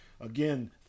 Again